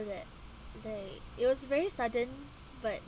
that day it was very sudden but